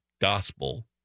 gospel